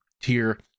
tier